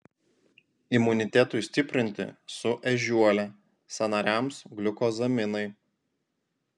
imunitetui stiprinti su ežiuole sąnariams gliukozaminai